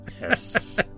Yes